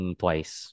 twice